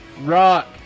Rock